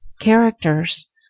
characters